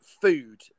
food